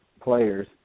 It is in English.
players